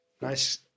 Nice